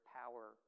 power